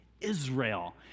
Israel